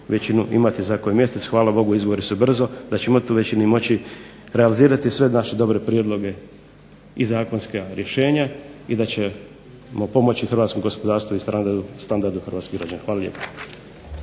većinu imati za koji mjesec. Hvala Bogu izbori su brzo, da ćemo imati tu većinu, i moći realizirati sve naše dobre prijedloge i zakonska rješenja, i da ćemo pomoći hrvatskom gospodarstvu i standardu hrvatskih građana. Hvala lijepa.